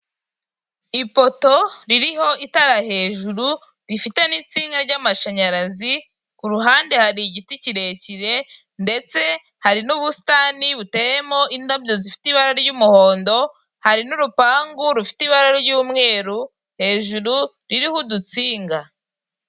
Ipoto ririho itara hejuru, rifite n'itsinga ry'amashanyarazi, ku ruhande hari igiti kirekire, ndetse hari n'ubusitani buteyemo indabyo zifite ibara ry'umuhondo, hari n'urupangu rufite ibara ry'umweru, hejuru ririho udutsinga.